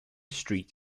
street